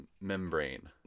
membrane